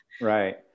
right